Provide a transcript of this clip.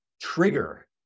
trigger